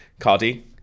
Cardi